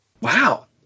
Wow